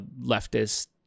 leftist